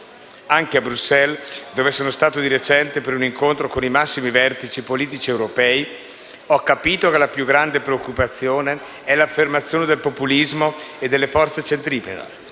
Anche a Bruxelles, dove sono stato di recente per un incontro con i massimi vertici politici europei, ho capito che la più grande preoccupazione è l'affermazione del populismo e delle forze centripete,